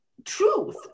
truth